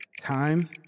Time